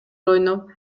ойноп